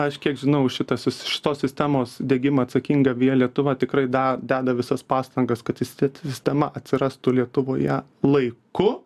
aš kiek žinau už šitas šitos sistemos diegimą atsakinga via lietuva tikrai da deda visas pastangas kad istit sistema atsirastų lietuvoje laiku